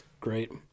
Great